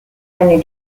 many